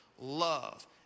love